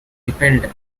repelled